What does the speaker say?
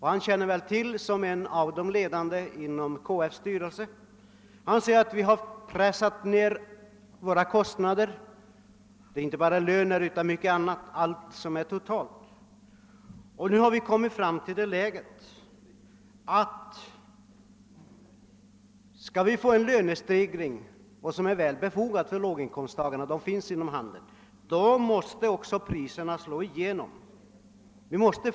Han bör ju som en av de ledande i KF:s styrelse känna till detta, och han sade: Vi har pressat våra kostnader totalt — alltså inte bara lönerna utan även många andra kostnader — och vi har nu kommit fram till det läget att om vi får en välmotiverad löneförbättring för låginkomsttagarna inom handeln, så måste det slå igenom på priserna.